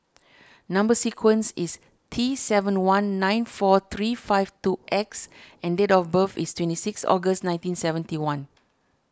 Number Sequence is T seven one nine four three five two X and date of birth is twenty six August nineteen seventy one